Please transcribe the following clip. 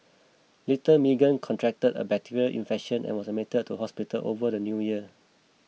little Meagan contracted a bacterial infection and was admitted to hospital over the New Year